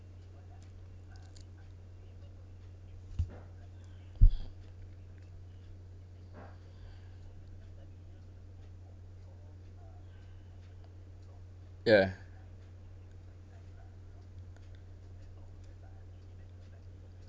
ya